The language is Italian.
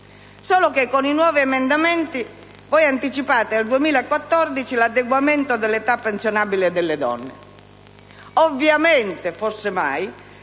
Solo che, con i nuovi emendamenti, anticipate al 2014 l'adeguamento dell'età pensionabile delle donne,